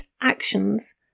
actions